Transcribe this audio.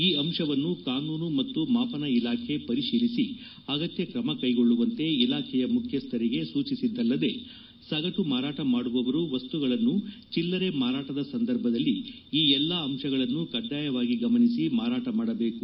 ಈ ಅಂಶವನ್ನು ಕಾನೂನು ಮತ್ತು ಮಾಪನ ಇಲಾಖೆ ಪರಿಶೀಲಿಸಿ ಅಗತ್ತ ಕ್ರಮ ಕ್ಲೆಗೊಳ್ಳುವಂತೆ ಇಲಾಖೆಯ ಮುಖ್ಯಸ್ಥರಿಗೆ ಸೂಚಿಸಿದ್ದಲ್ಲದೇ ಸಗಟು ಮಾರಾಟ ಮಾಡುವವರು ವಸ್ತುಗಳನ್ನು ಚಿಲ್ಲರೆ ಮಾರಾಟದ ಸಂದರ್ಭದಲ್ಲಿ ಈ ಎಲ್ಲಾ ಅಂಶಗಳನ್ನು ಕಡ್ವಾಯವಾಗಿ ಗಮನಿಸಿ ಮಾರಾಟ ಮಾಡಬೇಕು